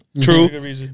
true